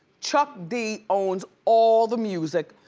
chuck d owns all the music.